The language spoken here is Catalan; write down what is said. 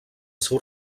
seu